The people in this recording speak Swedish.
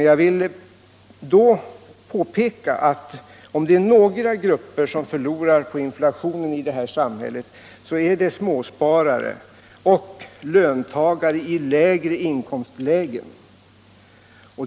Jag vill då påpeka att om några grupper förlorar på inflationen i detta samhälle är det småspararna och löntagare i lägre inkomstlägen.